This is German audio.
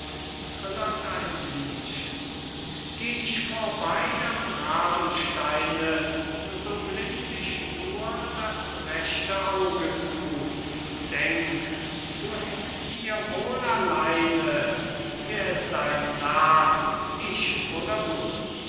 geh ich vorbey am rabensteine so blinz ich nur das rechte auge zu und denk du hängst mir wohl alleine wer ist ein narr ich oder du